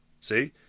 See